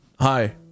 Hi